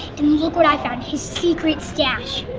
and look what i found his secret stash.